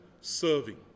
serving